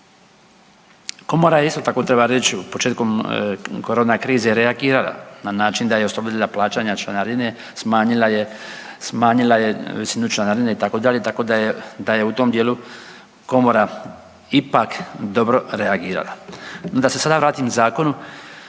Komora je, isto tako treba reći, u početku korona krize reagirala na način da je oslobodila plaćanja članarine, smanjila je visinu članarine, itd., i tako da je u tom dijelu Komora ipak dobro reagirala. Da se sada vratim Zakonu